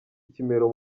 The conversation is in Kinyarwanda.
ikimero